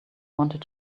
wanted